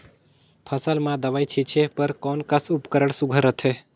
फसल म दव ई छीचे बर कोन कस उपकरण सुघ्घर रथे?